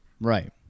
Right